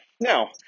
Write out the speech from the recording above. Now